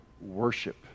Worship